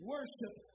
Worship